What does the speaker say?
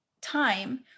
time